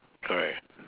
correct